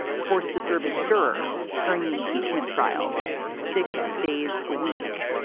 forced to serve as jurors during the impeachment trial six days a week